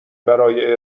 برای